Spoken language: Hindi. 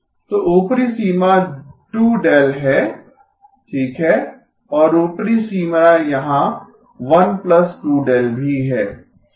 तो ऊपरी सीमा 2 δ है ठीक है और ऊपरी सीमा यहां 12 δ भी है